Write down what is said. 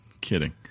Kidding